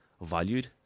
valued